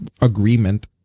agreement